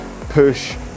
push